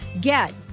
Get